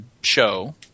show